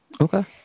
okay